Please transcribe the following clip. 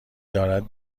دارد